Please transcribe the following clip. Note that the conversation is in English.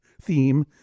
theme